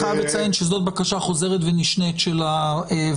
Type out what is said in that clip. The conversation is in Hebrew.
אני חייב לציין שזאת בקשה חוזרת ונשנית של הוועדה.